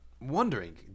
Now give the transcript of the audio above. wondering